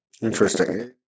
Interesting